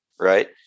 Right